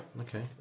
okay